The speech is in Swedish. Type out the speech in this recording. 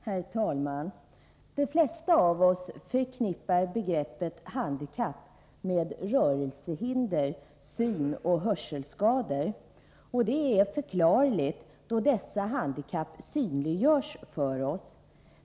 Herr talman! De flesta av oss förknippar begreppet handikapp med rörelsehinder eller synoch hörselskador. Det är förklarligt, då dessa handikapp synliggörs för oss.